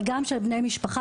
אבל גם של בני משפחה,